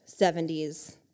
70s